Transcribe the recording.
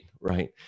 right